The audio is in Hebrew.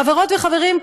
חברות וחברים,